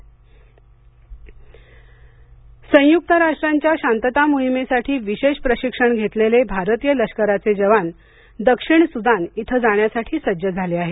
दक्षिण सदान संयुक्त राष्ट्रांच्या शांतता मोहिमेसाठी विशेष प्रशिक्षण घेतलेले भारतीय लष्कराचे जवान दक्षिण सुदान इथं जाण्यासाठी सज्ज झाले आहेत